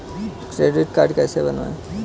Credit card कैसे बनवाएँ?